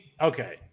okay